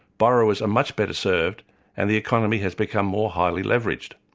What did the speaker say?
borrowers are much better served and the economy has become more highly leveraged.